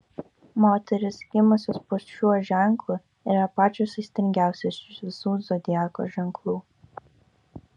moterys gimusios po šiuo ženklu yra pačios aistringiausios iš visų zodiako ženklų